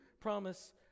promise